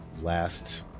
last